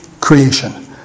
creation